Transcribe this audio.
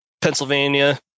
Pennsylvania